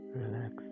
relax